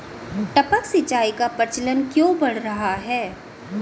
टपक सिंचाई का प्रचलन क्यों बढ़ रहा है?